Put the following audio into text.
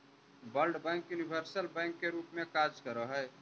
world Bank universal bank के रूप में कार्य करऽ हइ